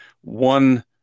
one